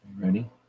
ready